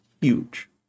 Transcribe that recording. huge